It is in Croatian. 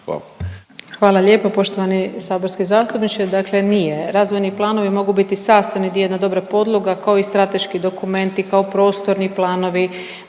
Hvala lijepo poštovani saborski zastupniče. Dakle, nije. Razvojni planovi mogu biti sastavni dio i jedna dobra podloga kao i strateški dokumenti, kao prostorni planovi